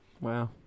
Wow